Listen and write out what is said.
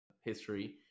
history